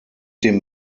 dem